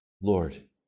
Lord